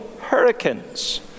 hurricanes